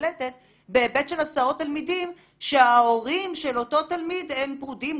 לקולטת בהיבט של הסעות תלמידים שההורים של אותו תלמיד הם פרודים,